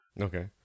Okay